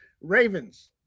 Ravens